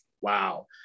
wow